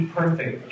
perfect